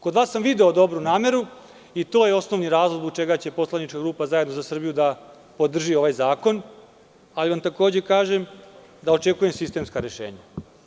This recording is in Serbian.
Kod vas sam video dobru nameru i to je osnovni razlog zbog čega će poslanička grupa ZZS da podrži ovaj zakon, ali vam takođe kažem da očekujem sistemska rešenja.